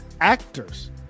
actors